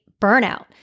burnout